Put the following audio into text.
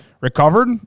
recovered